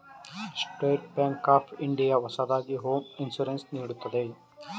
state Bank of India ಹೊಸದಾಗಿ home insurance ನೀಡುತ್ತಿದೆ